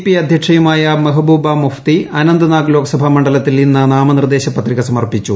P അധ്യക്ഷയുമായ Mehbooba Mufti Anantnag Lok Sabha മണ്ഡലത്തിൽ ഇന്ന് നാമനിർദ്ദേശ പത്രിക സമർപ്പിച്ചു